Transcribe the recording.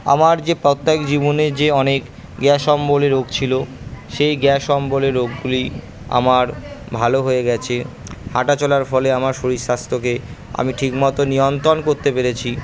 আমার যে জীবনে যে অনেক গ্যাস অম্বলের রোগ ছিলো সেই গ্যাস অম্বলের রোগগুলি আমার ভালো হয়ে গেছে হাঁটা চলার ফলে আমার শরীর স্বাস্থ্যকে আমি ঠিক মতো নিয়ন্ত্রণ করতে পেরেছি